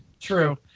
true